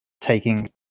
taking